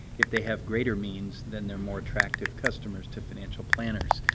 if they have greater means, then they're more attractive customers to financial planners.